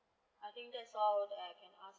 I think that's all I can ask about